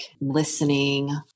listening